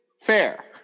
Fair